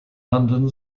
london